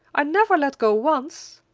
i never let go once.